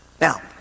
Now